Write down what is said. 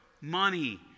money